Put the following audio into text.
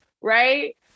right